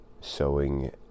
sewing